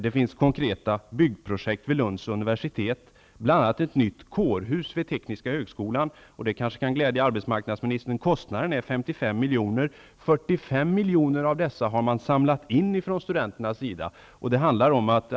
Det finns konkreta byggprojekt vid Lunds universitet, bl.a. ett nytt kårhus för tekniska högskolan. Det kanske kan glädja arbetsmarknadsministern, att av kostnaden på 55 miljoner har studenterna själva samlat in 45 miljoner.